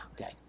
okay